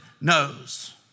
knows